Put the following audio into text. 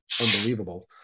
unbelievable